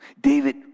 David